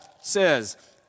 says